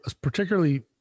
particularly